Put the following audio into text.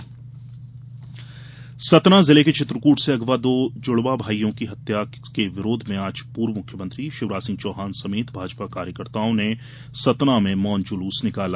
श्रद्धांजलि चित्रकूट सतना जिले के चित्रकृट से अगवा दो जुड़वां भाईयों की हत्या के विरोध में आज पूर्व मुख्यमंत्री शिवराज सिंह चौहान समेत भाजपा कार्यकर्ताओं ने सतना में मौन जुलूस निकाला